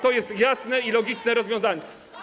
To jest jasne i logiczne rozwiązanie.